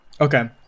Okay